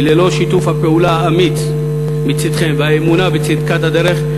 כי ללא שיתוף הפעולה האמיץ מצדכם והאמונה בצדקת הדרך,